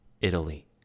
Italy